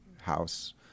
house